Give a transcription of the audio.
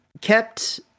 kept